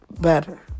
better